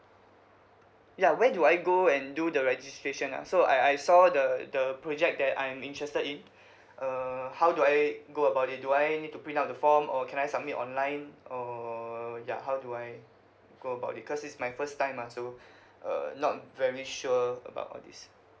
ya where do I go and do the registration ah so I I saw the the project that I'm interested in uh how do I go about it do I need to print out the form or can I submit online or ya how do I go about it because this is my first time ah so uh not very sure about all this